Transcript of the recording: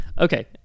okay